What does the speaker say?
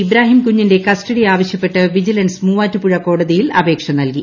ഇബ്രാഹിം കുഞ്ഞിന്റെ കസ്റ്റഡി ആവശ്യപ്പെട്ട് വിജിലൻസ് മുവാറ്റുപുഴ കോടതിയിൽ അപേക്ഷ നൽകി